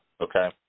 okay